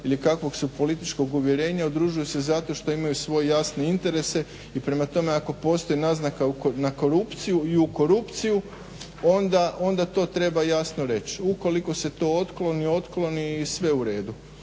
ili kakvog su političkog uvjerenja. Udružuju se zato što imaju svoj jasnije interese i prema tome postoje naznaka na korupciju i u korupciju, onda to treba jasno reći. Ukoliko se to otkloni, otkloni i sve u redu.